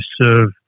serve